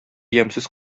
ямьсез